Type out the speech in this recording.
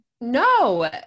No